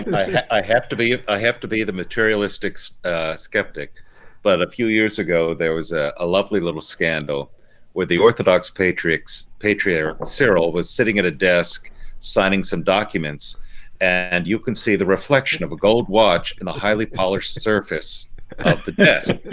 i have to i have to be the materialistic skeptic but a few years ago there was a a lovely little scandal with the orthodox patriarch so patriarch cyril was sitting at a desk signing some documents and you can see the reflection of a gold watch in the highly polished surface of the desk